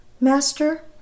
Master